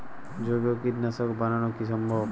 জৈব কীটনাশক বানানো কি সম্ভব?